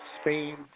Spain